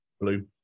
blue